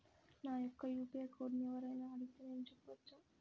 నా యొక్క యూ.పీ.ఐ కోడ్ని ఎవరు అయినా అడిగితే నేను చెప్పవచ్చా?